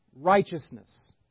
righteousness